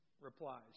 replies